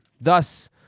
Thus